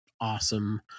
awesome